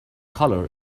colour